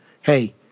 hey